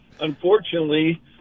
Unfortunately